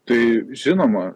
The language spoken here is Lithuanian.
tai žinoma